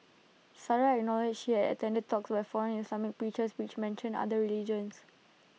Sarah acknowledged she had attended talks with foreign Islamic preachers which mentioned other religions